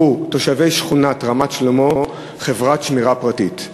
שכרו תושבי שכונת רמת-שלמה חברת שמירה פרטית.